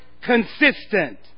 consistent